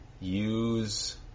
use